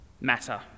matter